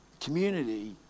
Community